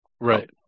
right